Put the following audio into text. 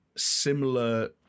similar